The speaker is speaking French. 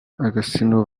agostino